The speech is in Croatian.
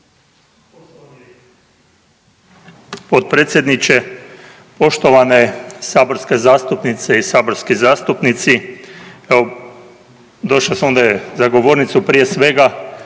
potpredsjedniče, poštovane saborske zastupnice i saborski zastupnici. Evo došao sam ovdje za govornicu prije svega